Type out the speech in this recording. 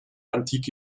antike